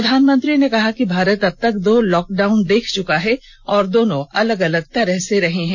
प्रधानमंत्री ने कहा कि भारत अब तक दो लॉकडाउन देख चुका है और दोनों अलग अलग तरह से रहे हैं